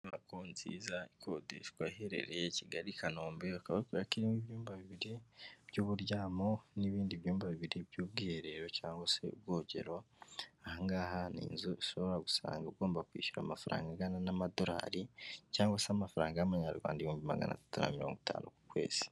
Inyubako nziza ikodeshwa, iherereye Kigali i Kanombe, akaba harimo ibyumba bibiri by'uburyamo n'ibindi byumba bibiri by'ubwiherero cyangwa se ubwogero, aha ngaha ni inzu ushobora gusanga ugomba kwishyura amafaranga angana n'amadorari cyangwa se amafaranga y'amanyarwanda ibihumbi magana atanu mirongo itanu ku kwezi.